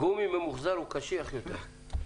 גומי ממוחזר הוא קשיח יותר,